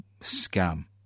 scum